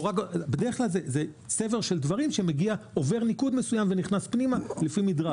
אלא צבר של דברים שעובר ניקוד מסוים ונכנס פנימה לפי מדרג.